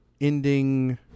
ending